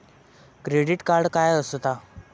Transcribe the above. Credit card काय असता?